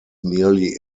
nearly